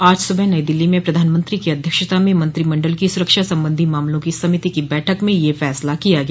आज सुबह नई दिल्ली में प्रधानमंत्री की अध्यक्षता में मंत्रिमंडल की सुरक्षा संबंधी मामलों की समिति की बैठक में यह फैसला किया गया